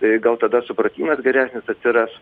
tai gal tada supratimas geresnis atsiras